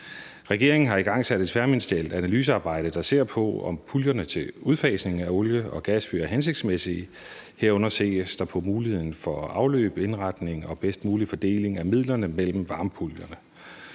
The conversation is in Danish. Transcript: Regeringen har igangsat et tværministerielt analysearbejde, der ser på, om puljerne til udfasningen af olie- og gasfyr er hensigtsmæssige. Herunder ses der på muligheden for afløb, indretning og bedst mulig fordeling af midlerne mellem varmepuljerne.